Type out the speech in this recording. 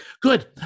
Good